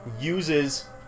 uses